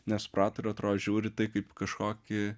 nesuprato ir atrodo žiūri tai kaip į kažkokį